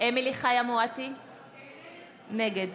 נגד